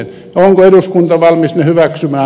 ja onko eduskunta valmis ne hyväksymään